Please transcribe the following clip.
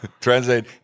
translate